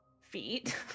feet